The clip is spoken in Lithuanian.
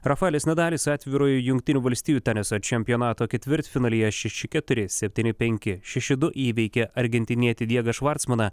rafaelis nadalis atvirojo jungtinių valstijų teniso čempionato ketvirtfinalyje šeši keturi septyni penki šeši du įveikė argentinietį diegą švartsmaną